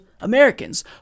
Americans